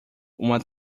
uma